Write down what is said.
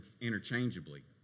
interchangeably